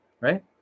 right